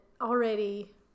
already